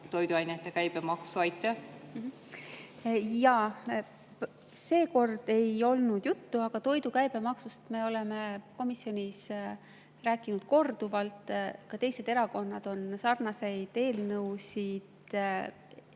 kasumid kasvasid. Jaa. Seekord ei olnud juttu, aga toidu käibemaksust me oleme komisjonis rääkinud korduvalt, ka teised erakonnad on sarnaseid eelnõusid